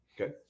Okay